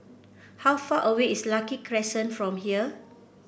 how far away is Lucky Crescent from here